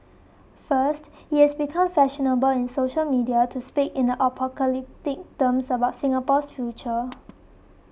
first it has become fashionable in social media to speak in apocalyptic terms about Singapore's future